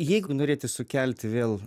jeigu norėti sukelti vėl